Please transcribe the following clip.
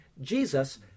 Jesus